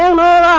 and la